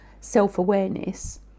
self-awareness